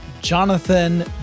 Jonathan